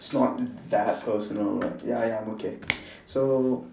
it's not that personal like ya ya I'm okay so